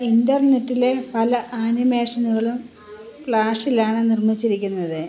ഇന്റർനെറ്റിലെ പല ആനിമേഷനുകളും ഫ്ലാഷിലാണ് നിർമ്മിച്ചിരിക്കുന്നത്